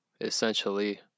Essentially